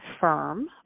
firm